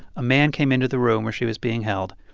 a man came into the room where she was being held.